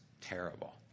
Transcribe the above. terrible